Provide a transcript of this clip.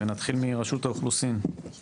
נתחיל מרשות האוכלוסין.